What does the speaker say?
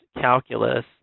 calculus